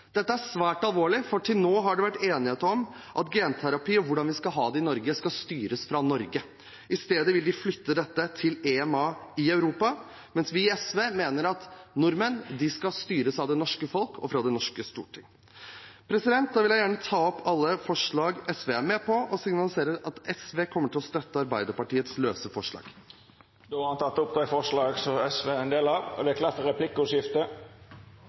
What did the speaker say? Dette er svært alvorlig, for til nå har det vært enighet om at genterapi og hvordan vi skal ha det i Norge, skal styres fra Norge. I stedet vil de flytte dette til EMA i Europa, mens vi i SV mener at nordmenn skal styres av det norske folk og fra det norske storting. Da vil jeg gjerne ta opp forslagene nr. 17 og 18 fra SV, og signaliserer at SV kommer til å støtte Arbeiderpartiets løse forslag. Da har representanten Nicholas Wilkinson tatt opp de forslagene han refererte til. Det blir replikkordskifte. Å ta et valg om å donere et egg eller sæd er